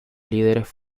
líderes